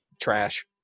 trash